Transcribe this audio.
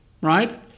right